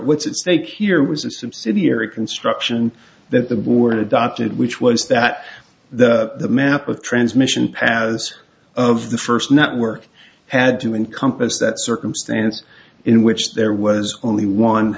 stake here was a subsidiary construction that the board adopted which was that the map of transmission paths of the first network had to encompass that circumstance in which there was only one